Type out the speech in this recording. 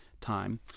time